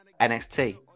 NXT